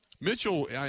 Mitchell